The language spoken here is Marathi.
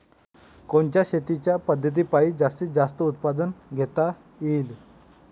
कोनच्या शेतीच्या पद्धतीपायी जास्तीत जास्त उत्पादन घेता येईल?